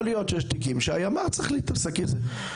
יכול להיות שיש תיקים שהימ"ר צריך להתעסק איתם.